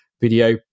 video